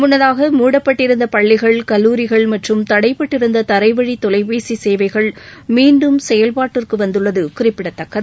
முன்னதாக மூடப்பட்டிருந்த பள்ளிகள் கல்லூரிகள் மற்றும் தடைப்பட்டிருந்த தரைவழி தொலைபேசி சேவைகள் மீண்டும் செயல்பாட்டிற்கு வந்தள்ளது குறிப்பிடத்தக்கது